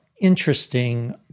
interesting